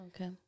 Okay